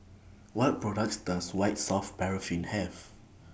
What products Does White Soft Paraffin Have